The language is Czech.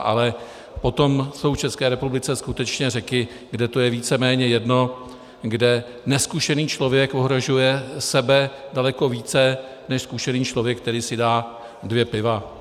Ale potom jsou v České republice skutečně řeky, kde je to víceméně jedno, kde nezkušený člověk ohrožuje sebe daleko více než zkušený člověk, který si dá dvě piva.